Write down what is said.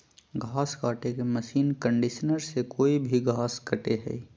घास काटे के मशीन कंडीशनर से कोई भी घास कटे हइ